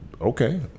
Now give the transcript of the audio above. okay